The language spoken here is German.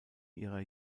ihrer